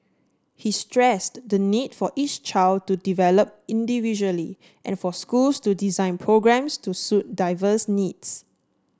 he stressed the need for each child to develop individually and for schools to design programmes to suit diverse needs